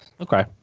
okay